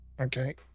okay